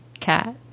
cat